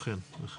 אכן.